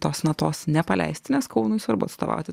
tos natos nepaleisti nes kaunui svarbu atstovauti